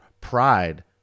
pride